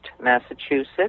massachusetts